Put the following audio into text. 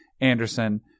Anderson